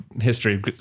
history